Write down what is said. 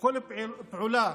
וכל פעולה